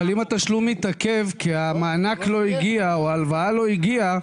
אבל התשלום התעכב כי המענק לא הגיע או ההלוואה לא הגיעה